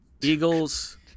Eagles